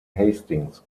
hastings